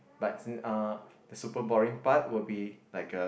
but since uh the super boring part will be like uh